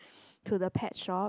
to the pet shop